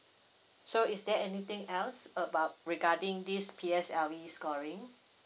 so is there anything else about regarding this P_S_L_E scoring